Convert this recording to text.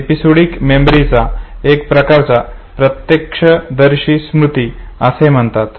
episodic मेमरीचा एका प्रकाराला प्रत्यक्षदर्शी स्मृती असे म्हणतात